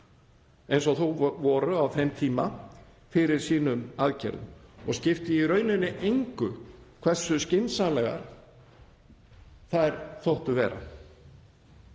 eins og þau voru á þeim tíma fyrir aðgerðum sínum, og skipti í rauninni engu hversu skynsamlegar þær þóttu vera.